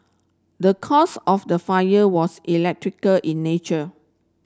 the cause of the fire was electrical in nature